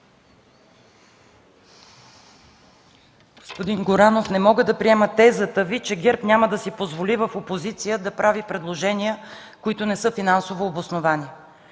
Господин Горанов, не мога да приема тезата Ви, че ГЕРБ няма да си позволи в опозиция да прави предложения, които не са финансово обосновани,